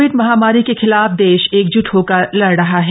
Covid महामारी के खिलाफ देश एकज्ट होकर लड़ रहा है